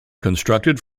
constructed